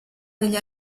degli